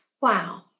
Wow